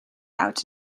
out